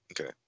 okay